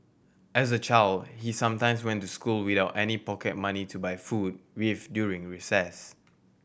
as a child he sometimes went to school without any pocket money to buy food with during recess